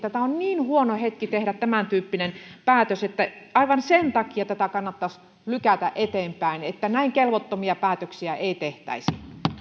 tämä on niin huono hetki tehdä tämäntyyppinen päätös että tätä kannattaisi lykätä eteenpäin aivan sen takia että näin kelvottomia päätöksiä ei tehtäisi